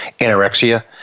anorexia